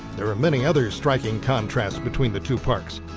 there are many others striking contrasts between the two parks.